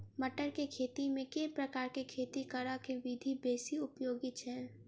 मटर केँ खेती मे केँ प्रकार केँ खेती करऽ केँ विधि बेसी उपयोगी छै?